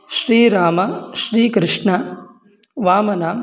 श्रीरामः श्रीकृष्णः वामनः